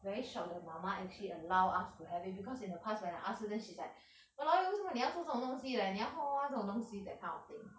very shock that 妈妈 actually allow us to have it because in the past when I ask her then she she's like !walao! 为什么你要做这种东西你要画画这种东西 that kind of thing